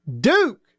Duke